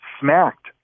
smacked